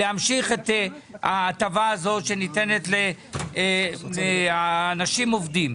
להמשיך את ההטבה הזאת שניתנת לאנשים עובדים.